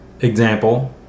example